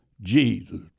Jesus